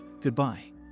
Goodbye